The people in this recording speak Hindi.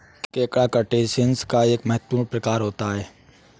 केकड़ा करसटेशिंयस का एक महत्वपूर्ण प्रकार होता है